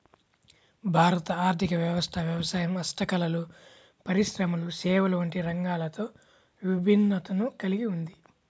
భారత ఆర్ధిక వ్యవస్థ వ్యవసాయం, హస్తకళలు, పరిశ్రమలు, సేవలు వంటి రంగాలతో విభిన్నతను కల్గి ఉంది